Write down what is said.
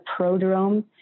prodrome